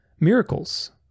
miracles